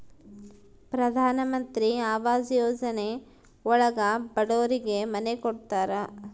ಪ್ರಧನಮಂತ್ರಿ ಆವಾಸ್ ಯೋಜನೆ ಒಳಗ ಬಡೂರಿಗೆ ಮನೆ ಕೊಡ್ತಾರ